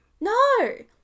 no